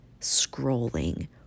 scrolling